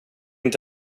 inte